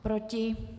Proti?